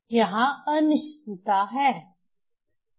यहां अनिश्चितता है